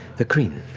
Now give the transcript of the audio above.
the kryn.